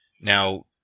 Now